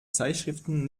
zeitschriften